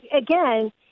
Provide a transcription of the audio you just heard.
again